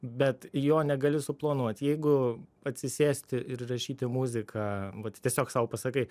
bet jo negali suplanuot jeigu atsisėsti ir rašyti muziką vat tiesiog sau pasakai